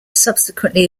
subsequently